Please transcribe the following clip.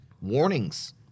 Warnings